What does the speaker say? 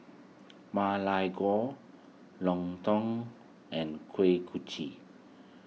Ma Lai Gao Lontong and Kuih Kochi